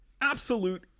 absolute